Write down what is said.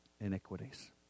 iniquities